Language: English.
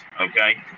okay